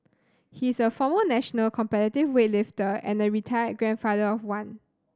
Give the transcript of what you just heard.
he is a former national competitive weightlifter and a retired grandfather of one